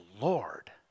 Lord